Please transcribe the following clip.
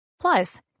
Plus